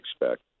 expect